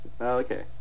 Okay